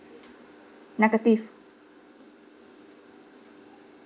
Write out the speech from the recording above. negative